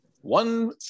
One